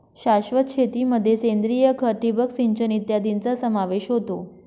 शाश्वत शेतीमध्ये सेंद्रिय खत, ठिबक सिंचन इत्यादींचा समावेश होतो